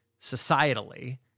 societally